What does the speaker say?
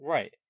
Right